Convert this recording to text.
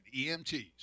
EMTs